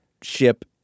ship